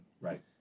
Right